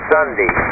Sunday